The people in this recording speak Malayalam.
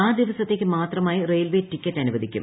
ആ ദിവസത്തേക്ക് മാത്രമായി റെയിൽവേ ടിക്കറ്റ് അനുവദിക്കും